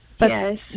Yes